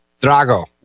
Drago